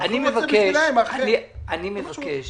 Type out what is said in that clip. אני מבקש